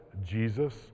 Jesus